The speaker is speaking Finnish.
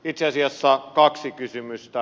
itse asiassa kaksi kysymystä